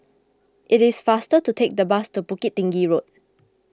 it is faster to take the bus to Bukit Tinggi Road